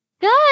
Good